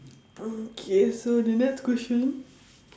uh K so the next question